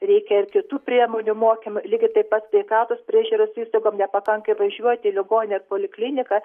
reikia ir kitų priemonių mokymo lygiai taip pat sveikatos priežiūros įstaigom nepakanka įvažiuoti į ligoninę polikliniką